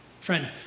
Friend